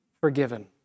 forgiven